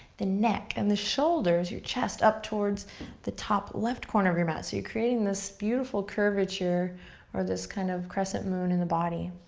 the neck, and the shoulders, your chest, up towards the top, left corner of your mat. so you're creating this beautiful curvature or this kind of crescent moon in the body.